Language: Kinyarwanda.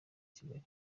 kigali